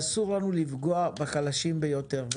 אסור לנו לפגוע בחלשים ביותר.